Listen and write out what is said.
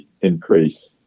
increase